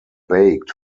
baked